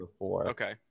Okay